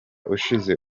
ushize